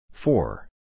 Four